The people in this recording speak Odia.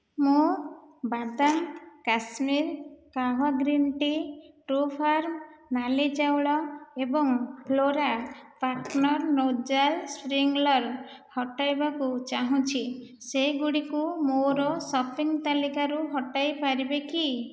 ମୁଁ ବାଦାମ Kashmiri kahwa green tea' Truefarm ନାଲି ଚାଉଳ ଏବଂ ଫ୍ଲୋରା ପ୍ୟାଟର୍ନ ନୋଜଲ୍ ସ୍ପ୍ରିଙ୍କ୍ଲର୍ ହଟାଇବାକୁ ଚାହୁଁଛି ସେଗୁଡ଼ିକୁ ମୋର ସପିଂ ତାଲିକାରୁ ହଟାଇ ପାରିବେ କି